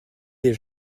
des